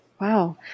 Wow